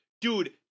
Dude